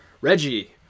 Reggie